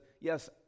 yes